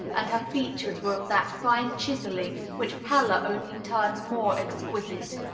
and her features were of that fine chiselling which pallor only turns more ex quisite.